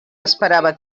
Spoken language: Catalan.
esperava